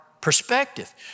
perspective